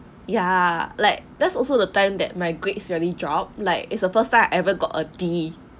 ya like that's also the time that my grades really drop like it's the first time I ever got a d